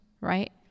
right